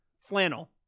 flannel